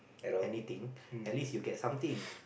anything at least you get something